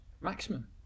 maximum